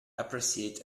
appreciate